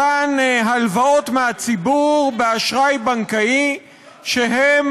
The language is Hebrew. אותן הלוואות מהציבור באשראי בנקאי שהם